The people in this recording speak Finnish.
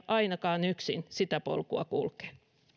ainakaan yksin sitä polkua kulkea